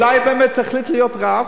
אולי באמת תחליט להיות רב?